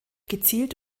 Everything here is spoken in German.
gezielt